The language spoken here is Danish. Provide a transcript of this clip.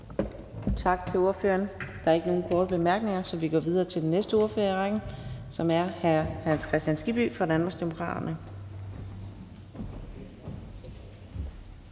Tak til ordføreren. Der er ikke nogen korte bemærkninger, så vi går videre til den næste ordfører i rækken, som er hr. Jan E. Jørgensen fra Venstre.